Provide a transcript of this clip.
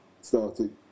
started